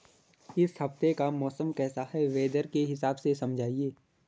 इस हफ्ते का मौसम कैसा है वेदर के हिसाब से समझाइए?